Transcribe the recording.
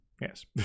Yes